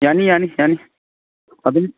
ꯌꯥꯅꯤ ꯌꯥꯅꯤ ꯌꯥꯅꯤ ꯑꯗꯨꯝ